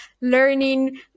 learning